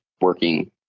working